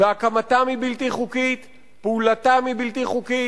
והקמתן היא בלתי חוקית, פעולתן היא בלתי חוקית,